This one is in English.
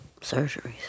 surgeries